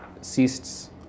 ceases